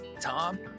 Tom